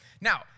Now